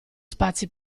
spazi